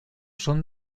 son